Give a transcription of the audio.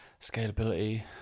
scalability